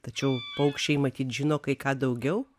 tačiau paukščiai matyt žino kai ką daugiau